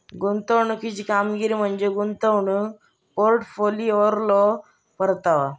गुंतवणुकीची कामगिरी म्हणजे गुंतवणूक पोर्टफोलिओवरलो परतावा